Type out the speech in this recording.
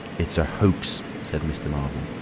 it's a hoax, said mr. marvel.